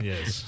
Yes